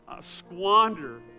squander